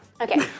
Okay